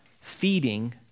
feeding